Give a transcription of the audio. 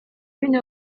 une